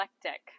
eclectic